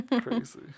Crazy